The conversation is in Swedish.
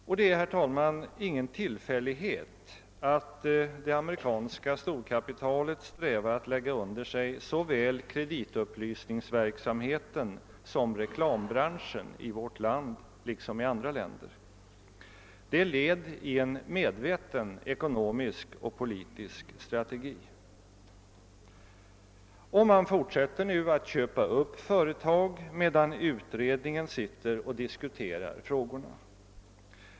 Och det är, herr talman, ingen tillfällighet, att det amerikanska storkapitalet strävar att lägga under sig såväl kreditupplysningsverksamheten som reklambranschen i vårt land liksom i andra länder. Det är ett led i en medveten ekonomisk och politisk strategi. Man fortsätter nu att köpa upp företag, medan utredningen sitter och diskuterar frågorna.